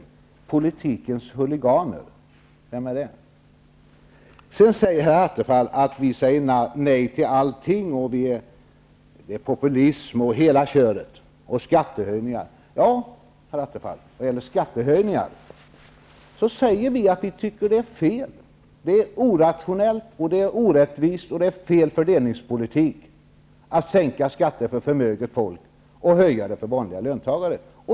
Vilka är politikens huliganer? Herr Attefall säger att vi säger nej till allting. Det är populism, skattehöjningar och hela köret. Vad gäller skattehöjningar säger vi att vi tycker att det är fel, orationellt, orättvist och fel fördelningspolitik att sänka skatter för förmöget folk och höja för vanliga löntagare.